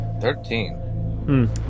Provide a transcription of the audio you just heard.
Thirteen